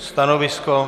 Stanovisko?